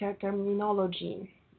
terminology